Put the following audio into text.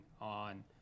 on